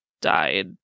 died